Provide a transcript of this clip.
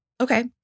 okay